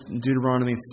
Deuteronomy